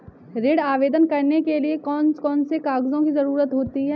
ऋण आवेदन करने के लिए कौन कौन से कागजों की जरूरत होती है?